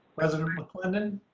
president maclennan.